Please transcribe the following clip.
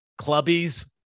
Clubbies